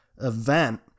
event